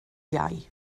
iau